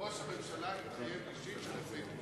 וראש הממשלה התחייב אישית שהנושא יטופל.